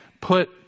put